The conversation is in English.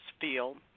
field